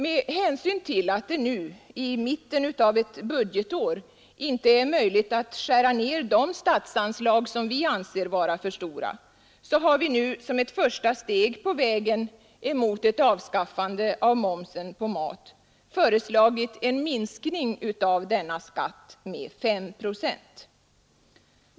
Med hänsyn till att det nu i mitten av ett budgetår inte är möjligt att skära ned de statsanslag, som vi anser vara för stora, har vi som ett första steg på vägen mot ett avskaffande av momsen på mat föreslagit en minskning av denna skatt med 5 procent.